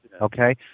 okay